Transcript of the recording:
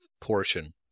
portion